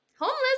Homeless